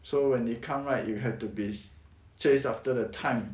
so when it come right you had to be chased after the time